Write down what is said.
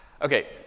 Okay